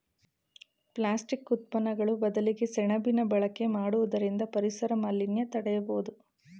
plastic ಉತ್ಪನ್ನಗಳು ಬದಲಿಗೆ ಸೆಣಬಿನ ಬಳಕೆ ಮಾಡುವುದರಿಂದ ಪರಿಸರ ಮಾಲಿನ್ಯ ತಡೆಯಬೋದು